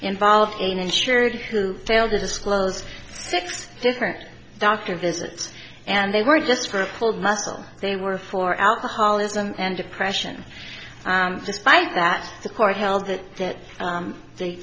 involved in insured who failed to disclose six different doctor visits and they were just for pulled muscle they were for alcoholism and depression despite that the court held that th